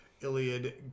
iliad